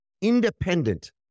independent